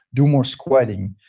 do more squatting.